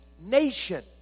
nation